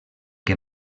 que